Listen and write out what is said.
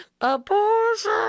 Abortion